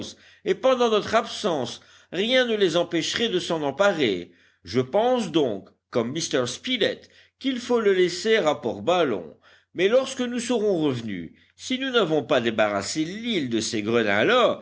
et pendant notre absence rien ne les empêcherait de s'en emparer je pense donc comme m spilett qu'il faut le laisser à port ballon mais lorsque nous serons revenus si nous n'avons pas débarrassé l'île de ces